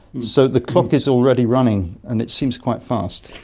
so the clock is already running, and it seems quite fast.